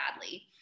badly